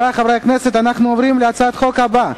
חברי חברי הכנסת, אנחנו עוברים להצעת החוק הבאה,